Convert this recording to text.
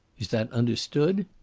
is that understood?